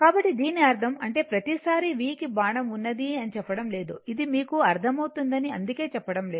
కాబట్టి దీని అర్థం అంటే ప్రతిసారీ v కి బాణం ఉన్నది అని చెప్పడం లేదు ఇది మీకు అర్ధమవుతుంది అందుకే చెప్పడం లేదు